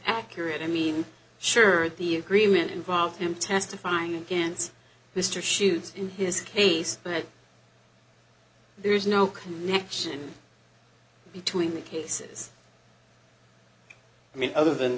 accurate i mean sure the agreement involved him testifying against mr shoots in his case that there is no connection between the cases i mean other than